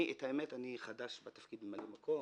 את האמת, אני חדש בתפקיד, ממלא מקום.